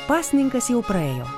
pasninkas jau praėjo